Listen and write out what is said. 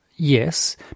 Yes